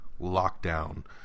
Lockdown